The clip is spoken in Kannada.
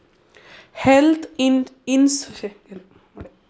ಹೆಲ್ತ್ ಇನ್ಸೂರೆನ್ಸ್ ನಲ್ಲಿ ಕಮ್ಮಿ ಬಜೆಟ್ ನ ಹೊಸ ಪ್ಯಾಕೇಜ್ ಏನಾದರೂ ಉಂಟಾ